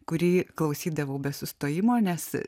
kurį klausydavau be sustojimo nes